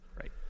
right